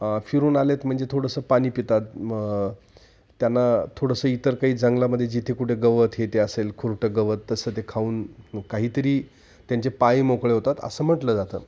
फिरून आले आहेत म्हणजे थोडंसं पाणी पितात मग त्यांना थोडंसं इतर काही जंगलामध्ये जिथे कुठे गवत हे ते असेल खुरटं गवत तसं ते खाऊन काहीतरी त्यांचे पाय मोकळे होतात असं म्हटलं जातं